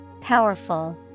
Powerful